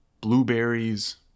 blueberries